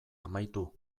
amaitu